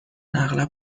اغلب